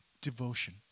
devotion